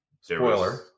Spoiler